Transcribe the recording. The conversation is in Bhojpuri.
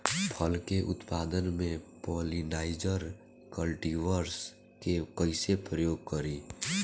फल के उत्पादन मे पॉलिनाइजर कल्टीवर्स के कइसे प्रयोग करी?